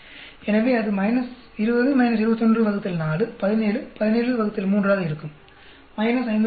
எனவே அது 20 214 17 173 இருக்கும் 5